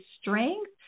strength